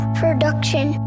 production